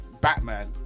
Batman